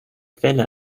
fälle